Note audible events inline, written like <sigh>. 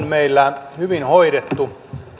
<unintelligible> meillä hyvin hoidettu